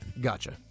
Gotcha